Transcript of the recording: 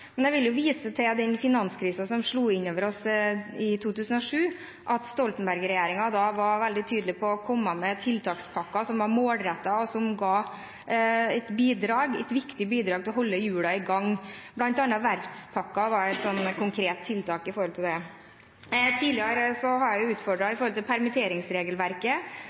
Men jeg vil vise til den finanskrisen som slo innover oss i 2007. Da var Stoltenberg-regjeringen veldig tydelig på å komme med tiltakspakker som var målrettede, og som ga et viktig bidrag til å holde hjulene i gang. Blant annet var verftspakken et slikt konkret tiltak. Jeg har tidligere utfordret når det